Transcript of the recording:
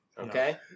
okay